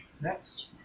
Next